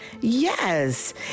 Yes